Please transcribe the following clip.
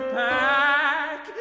pack